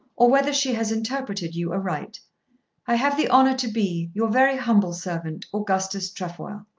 or whether she has interpreted you aright. i have the honour to be, your very humble servant, augustus trefoil.